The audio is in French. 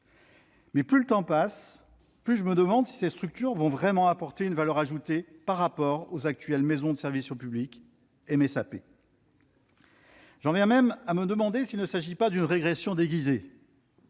étant, plus le temps passe, plus je me demande si ces structures vont réellement apporter une valeur ajoutée par rapport aux actuelles maisons de services au public (MSAP). J'en viens même à me demander si elles ne constituent pas une régression déguisée.